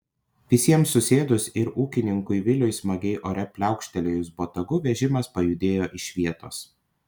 visiems susėdus ir ūkininkui viliui smagiai ore pliaukštelėjus botagu vežimas pajudėjo iš vietos